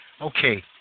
Okay